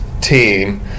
team